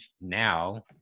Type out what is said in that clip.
now